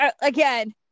again